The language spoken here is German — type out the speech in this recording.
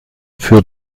für